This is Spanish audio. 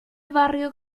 barrio